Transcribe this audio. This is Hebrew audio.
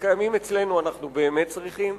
שקיימים אצלנו אנחנו באמת צריכים?